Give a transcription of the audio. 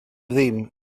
ddim